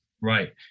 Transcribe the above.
Right